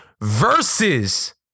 versus